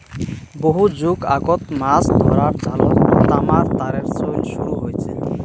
বহু যুগ আগত মাছ ধরার জালত তামার তারের চইল শুরু হইচে